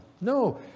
No